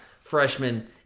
freshman